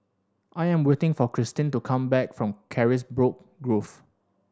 I'm waiting for Christene to come back from Carisbrooke Grove